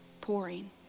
pouring